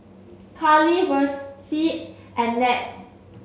Carley and Ned